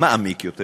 מעמיק יותר.